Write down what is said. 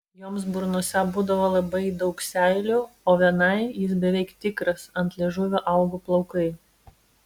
joms burnose būdavo labai daug seilių o vienai jis beveik tikras ant liežuvio augo plaukai